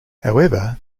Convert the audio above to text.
however